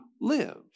live